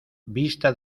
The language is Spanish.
vista